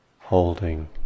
holding